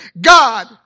God